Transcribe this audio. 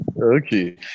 Okay